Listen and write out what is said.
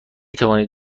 توانید